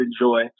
enjoy